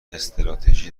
استراتژی